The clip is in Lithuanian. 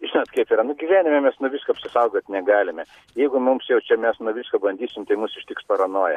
žinot kaip yra nu gyvenime mes nuo visko apsisaugot negalime jeigu mums jau čia mes nuo visko bandysim tai mus ištiks paranoja